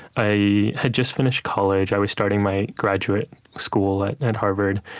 i had just finished college, i was starting my graduate school at and harvard,